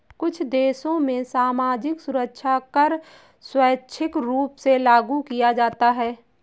कुछ देशों में सामाजिक सुरक्षा कर स्वैच्छिक रूप से लागू किया जाता है